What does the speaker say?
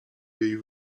jej